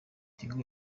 tigo